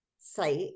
site